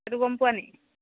সেইটো গম পোৱা নেকি